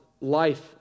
life